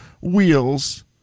Wheels